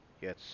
Yes